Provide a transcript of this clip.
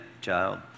child